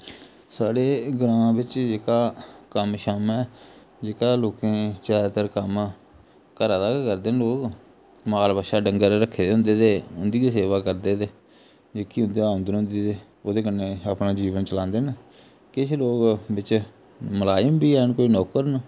साढ़े ग्रांऽ बिच्च जेहका कम्म शम्म ऐ जेह्का लोकें गी ज्यादतर कम्म घरा दा गै करदे न लोक माल बच्छा डंगर रखे दे होंदे ते उंदी गै सेवा करदे ते जेहकी उं'दी आमदन होंदी ते ओह्दे कन्नै अपना जीवन चलांदे न किश लोग बिच्च मलाजम बी हैन कोई नौकर न